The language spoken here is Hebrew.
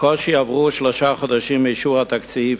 בקושי עברו שלושה חודשים מאישור התקציב